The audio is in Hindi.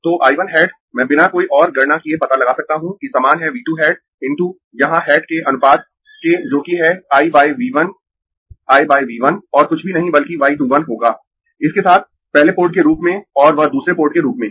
तो I 1 हैट मैं बिना कोई और गणना किए पता लगा सकता हूं कि समान है V 2 हैट × यहां हैट के अनुपात के जोकि है I V 1 I V 1 और कुछ भी नहीं बल्कि y 2 1 होगा इसके साथ पहले पोर्ट के रूप में और वह दूसरे पोर्ट के रूप में